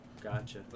gotcha